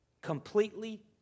completely